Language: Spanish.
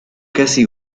casi